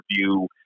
view